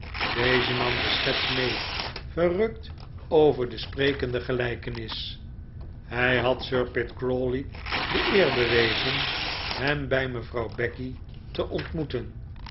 deze nam de schets mee verrukt over de sprekende gelijkenis hij had sir pitt crawley de eer bewezen hem bij mevrouw becky te ontmoeten